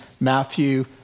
Matthew